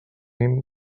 mínim